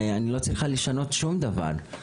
ואני לא צריכה לשנות שום דבר.